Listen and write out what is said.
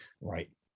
Right